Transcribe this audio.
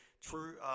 True